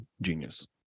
genius